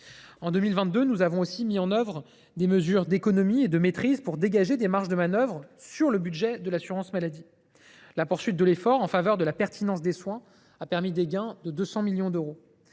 En 2022, nous avons aussi mis en œuvre des mesures d’économies et de maîtrise pour dégager des marges de manœuvre sur le budget de l’assurance maladie. La poursuite de l’effort en faveur de la pertinence des soins a permis des gains de 200 millions d’euros.